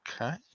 Okay